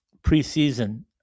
preseason